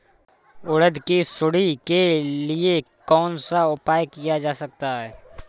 उड़द की सुंडी के लिए कौन सा उपाय किया जा सकता है?